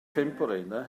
anodd